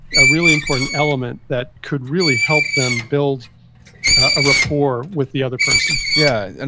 a really important element that could really help them build a rapport with the other person yeah, and